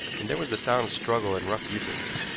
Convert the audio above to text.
and there was the sound of struggle and rough usage.